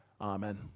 Amen